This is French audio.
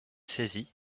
saisie